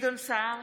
גדעון סער,